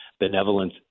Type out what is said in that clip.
benevolence